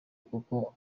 kuko